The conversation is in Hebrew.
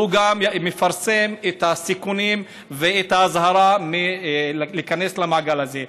מפרסם גם את הסיכונים ואת האזהרה מלהיכנס למעגל הזה.